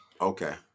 Okay